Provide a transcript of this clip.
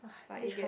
but it get